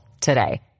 today